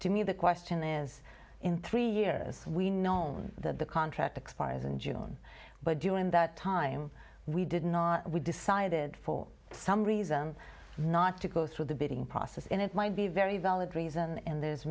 to me the question is in three years we know that the contract expires in june but during that time we did not we decided for some reason not to go through the bidding process and it might be very valid reason